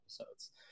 episodes